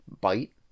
bite